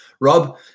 Rob